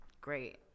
great